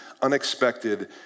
unexpected